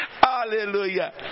Hallelujah